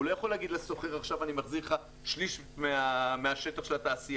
הוא לא יכול להגיד לשוכר: אני מחזיר לך עכשיו שליש משטח התעשייה.